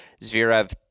Zverev